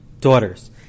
daughters